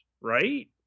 right